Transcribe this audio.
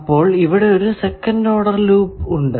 അപ്പോൾ ഇവിടെ ഒരു സെക്കന്റ് ഓർഡർ ലൂപ്പ് ഉണ്ട്